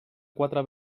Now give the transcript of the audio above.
quatre